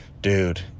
dude